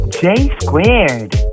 J-squared